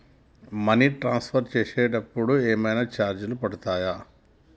Money transfer చేసినప్పుడు ఏమైనా charges పడతయా?